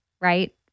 right